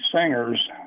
singers